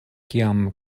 kiam